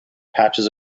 patches